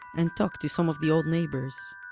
and talked to some of the old neighbors.